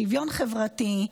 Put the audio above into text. שוויון חברתי,